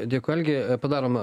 dėkui algi padarom